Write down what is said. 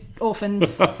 orphans